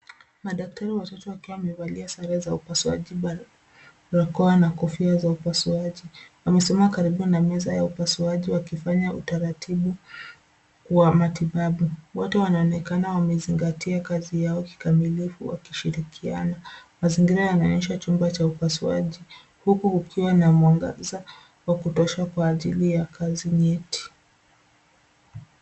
Madaktari watatu wakiwa wamevalia sare za upasuaji: barakoa na kofia za upasuaji. Wamesimama karibu na meza ya upasuaji wakifanya utaratibu wa matibabu. Wote wanaonekana wamezingatia kazi yao kikamilifu wakishirikiana. Mazingira yanaonyesha chumba cha upasuaji huku kukiwa na mwangaza wa kutosha kwa ajili ya kazi nyeti.